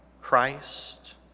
Christ